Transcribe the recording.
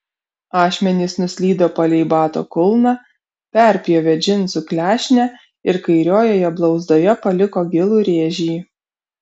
ašmenys nuslydo palei bato kulną perpjovė džinsų klešnę ir kairiojoje blauzdoje paliko gilų rėžį